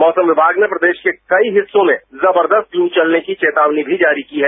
मौसम विमाग ने प्रदेश के कई हिस्सों में जबरदस्त लू चलने की चेतावनी भी जारी की है